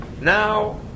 Now